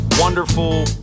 wonderful